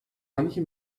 manche